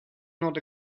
not